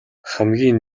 хамгийн